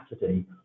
Saturday